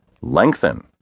lengthen